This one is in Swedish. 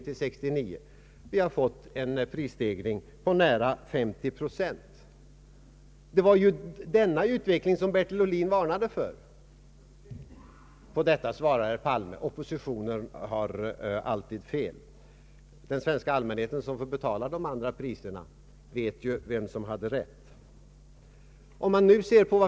På detta svarar herr Palme: Oppositionen har alltid fel. Den svenska allmänheten, som får betala de höjda priserna, vet vem som hade rätt.